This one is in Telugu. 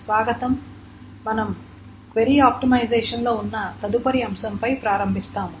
స్వాగతం మనము క్వరీ ఆప్టిమైజేషన్ లో ఉన్న తదుపరి అంశంపై ప్రారంభిస్తాము